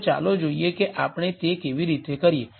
તો ચાલો જોઈએ કે આપણે તે કેવી રીતે કરીએ